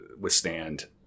withstand